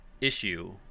issue